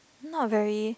not very